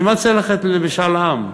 בשביל מה צריך ללכת למשאל עם?